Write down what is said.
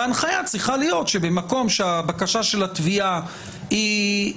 ההנחיה צריכה להיות שבמקום שהבקשה של התביעה היא